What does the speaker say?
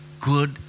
good